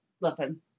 Listen